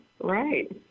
Right